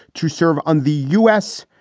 to serve on the u s.